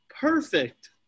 perfect